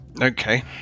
Okay